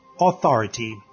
Authority